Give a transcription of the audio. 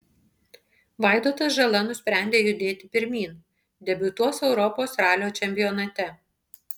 vaidotas žala nusprendė judėti pirmyn debiutuos europos ralio čempionate